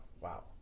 Wow